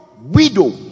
widow